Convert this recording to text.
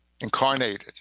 Incarnated